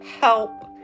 Help